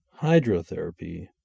hydrotherapy